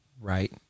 right